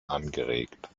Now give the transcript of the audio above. angeregt